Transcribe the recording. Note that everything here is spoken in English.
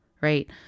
right